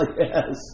yes